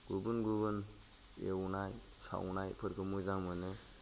गुबुन गुबुन एवनाय सावनायफोरखौ मोजां मोनो